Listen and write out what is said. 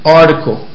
article